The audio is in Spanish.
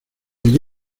allí